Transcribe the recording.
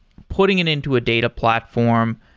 putting it into a data platform,